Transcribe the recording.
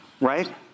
right